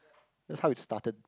that's how it started